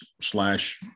slash